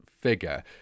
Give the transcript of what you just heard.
figure